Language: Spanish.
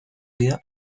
vida